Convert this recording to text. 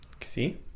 See